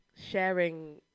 sharing